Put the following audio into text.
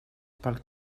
pel